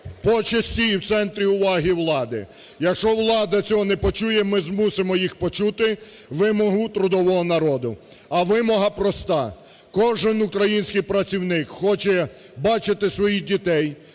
почесті і в центрі уваги влади. Якщо влада цього не почує, ми змусимо їх почути вимогу трудового народу. А вимога проста: кожен український працівник хоче бачити своїх дітей,